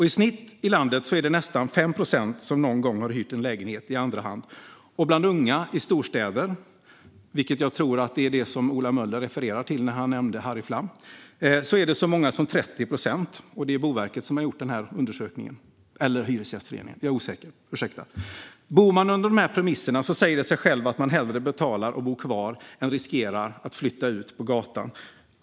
I snitt i landet har nästan 5 procent någon gång hyrt en lägenhet i andra hand, och bland unga i storstäderna är det så många som 30 procent, vilket jag tror var vad Ola Möller refererade till när han nämnde Harry Flam. Det är Boverket som har gjort den här undersökningen - eller om det är Hyresgästföreningen, jag är osäker. Bor man under de här premisserna säger det sig självt att man hellre betalar och bor kvar än riskerar att flytta ut på gatan.